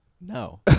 No